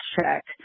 check